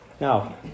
Now